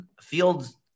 Fields